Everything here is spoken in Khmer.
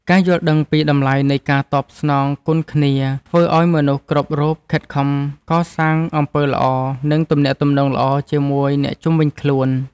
ការយល់ដឹងពីតម្លៃនៃការតបស្នងគុណគ្នា ធ្វើឱ្យមនុស្សគ្រប់រូបខិតខំកសាងអំពើល្អ និងទំនាក់ទំនងល្អជាមួយអ្នកជុំវិញខ្លួន។